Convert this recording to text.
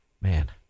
man